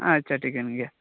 ᱟᱪᱪᱷᱟ ᱴᱷᱤᱠᱟ ᱱ ᱜᱮᱭᱟ